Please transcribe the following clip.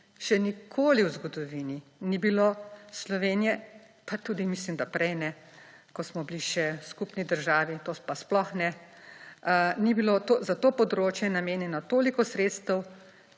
Še nikoli v zgodovini Slovenije ni bilo, pa tudi mislim, da prej ne, ko smo bili še v skupni državi, to pa sploh ne, ni bilo za to področje namenjeno toliko sredstev